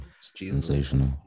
Sensational